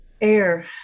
air